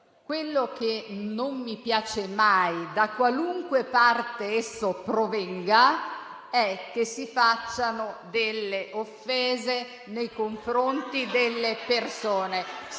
Quello che non mi piace mai, da qualunque parte esso provenga, è che si facciano delle offese nei confronti delle persone.